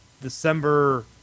December